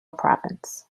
province